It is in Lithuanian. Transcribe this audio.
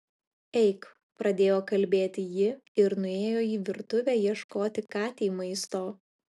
eik pradėjo kalbėti ji ir nuėjo į virtuvę ieškoti katei maisto